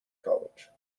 college